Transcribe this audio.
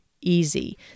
easy